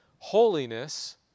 Holiness